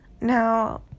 now